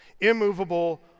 immovable